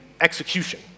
execution